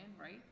right